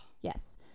Yes